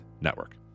Network